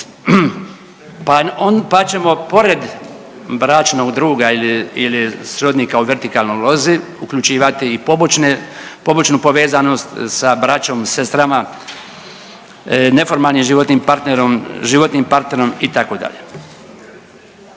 pa ćemo pored bračnog druga ili srodnika u vertikalnoj lozi uključivati i pobočnu povezanost sa braćom, sestrama, neformalnim životnim partnerom,